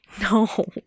No